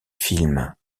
films